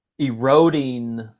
eroding